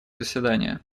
заседание